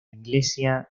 iglesia